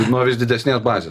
noris didesnės bazės